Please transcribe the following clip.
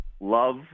love